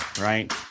right